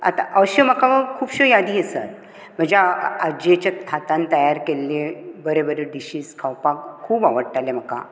आतां अश्यो म्हाका खुबश्यो यादी आसात म्हज्या आज्येच्या हातान तयार केल्ले बरे बरे डिशीज खावपाक खूब आवडटालें म्हाका